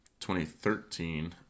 2013